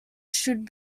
should